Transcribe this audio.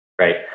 right